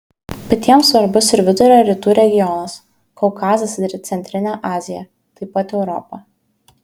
bet jiems svarbus ir vidurio rytų regionas kaukazas ir centrinė azija taip pat europa